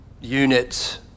units